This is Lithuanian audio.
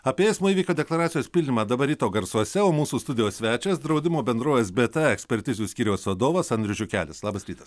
apie eismo įvykio deklaracijos pildymą dabar ryto garsuose o mūsų studijos svečias draudimo bendrovės bta ekspertizių skyriaus vadovas andrius žiukelis labas rytas